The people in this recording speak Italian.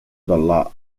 dalla